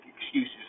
excuses